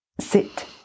sit